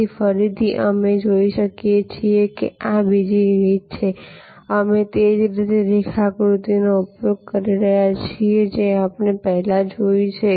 તેથી ફરીથી તમે અહીં જોઈ શકો છો કે આ બીજી રીત છે અમે તે જ રેખાકૃતિનો ઉપયોગ કરી રહ્યા છીએ જે આપણે પહેલા જોયું છે